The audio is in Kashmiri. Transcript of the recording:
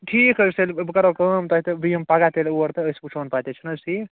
ٹھیٖک حظ چھُ تیٚلہِ بہٕ کرو کٲم تۄہہِ تہٕ بہٕ یم پگاہ تیٚلہِ اور تہٕ أسۍ وُچھہون پتہٕ یہِ چھُ نا حظ ٹھیٖک